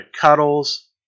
cuddles